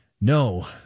no